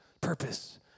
purpose